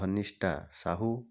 Dhanishtha Sahu